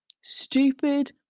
stupid